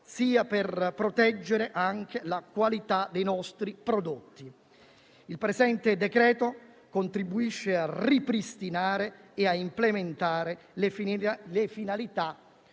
sia per proteggere la qualità dei nostri prodotti. Il presente decreto-legge contribuisce a ripristinare e a implementare le finalità